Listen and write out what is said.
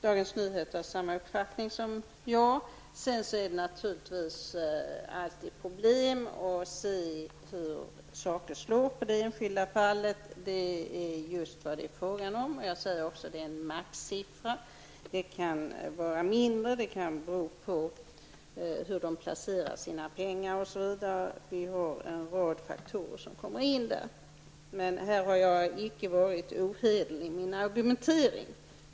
Dagens Nyheter har samma uppfattning som jag. Det är naturligtvis alltid problem att se hur saker slår i det enskilda fallet. Det är just vad det är frågan om, och jag säger också att det är en maxsiffra. Den kan vara mindre. Det beror på hur de placerar sina pengar osv. Vi har en rad faktorer som spelar in där. Men jag har icke varit ohederlig i min argumentering här.